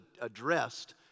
addressed